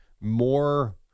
more